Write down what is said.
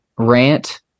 rant